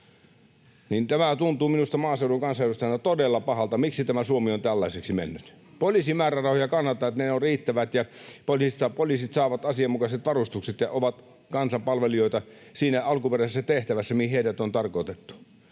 Tämä tuntuu minusta maaseudun kansanedustajana todella pahalta, että miksi tämä Suomi on tällaiseksi mennyt. Poliisin määrärahoja kannatan, että ne ovat riittävät ja poliisit saavat asianmukaiset varustukset ja ovat kansan palvelijoita siinä alkuperäisessä tehtävässä, mihin heidät on tarkoitettu,